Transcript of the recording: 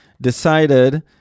decided